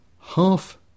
half